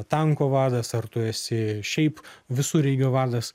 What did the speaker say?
tanko vadas ar tu esi šiaip visureigio vadas